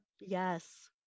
Yes